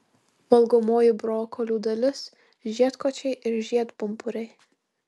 valgomoji brokolių dalis žiedkočiai ir žiedpumpuriai